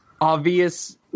obvious